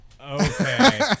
Okay